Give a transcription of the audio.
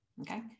Okay